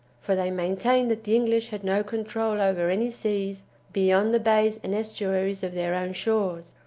for they maintained that the english had no control over any seas beyond the bays and estuaries of their own shores.